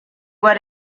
what